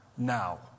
Now